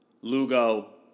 Lugo